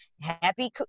happy